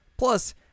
Plus